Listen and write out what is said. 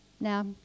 now